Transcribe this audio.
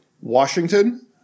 Washington